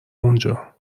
اونجا